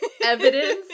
evidence